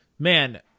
Man